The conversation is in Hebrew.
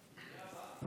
שוויתר לי על ארבע הדקות